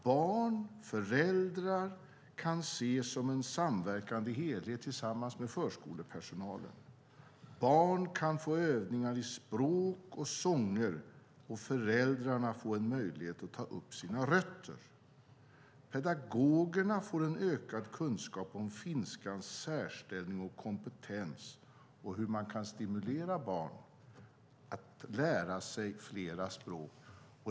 Barn och föräldrar kan ses som en samverkande helhet tillsammans med förskolepersonalen. Barn kan få övningar i språk och sånger och föräldrarna en möjlighet att ta upp sina rötter. Pedagogerna får en ökad kunskap om finskans särställning och kompetens och om hur man kan stimulera barn att lära sig flera språk.